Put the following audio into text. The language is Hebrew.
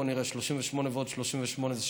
בוא נראה: 38 ועוד 38 זה 76,